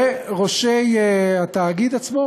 ראשי התאגיד עצמו